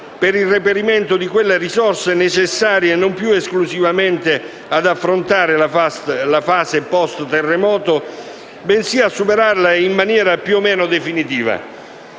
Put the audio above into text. nel reperimento di quelle risorse necessarie non più esclusivamente ad affrontare la fase post-terremoto, bensì a superarla in maniera più o meno definitiva.